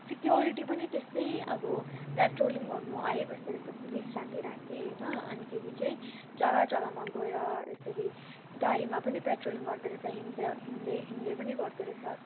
security पनि त्यस्तै अब पेट्रोलिङ गर्नु आइबस्दो रहेछ पुलिस राति राति होइन अनिखेरि चाहिँ जग्गा जग्गामा गएर यसरी गाडीमा पनि पेट्रोलिङ गर्दो रहेछ हिँड्दै हिँड्दै हिँड्दै पनि गर्दो रहेछ